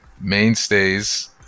mainstays